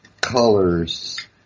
colors